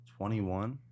21